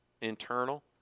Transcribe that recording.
internal